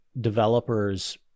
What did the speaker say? developers